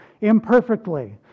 imperfectly